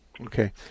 Okay